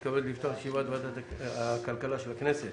אני מתכבד לפתוח את ישיבת ועדת הכלכלה של הכנסת.